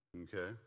Okay